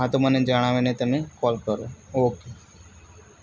હા તો મને જણાવીને તમે કોલ કરો ઓકે